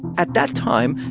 at that time,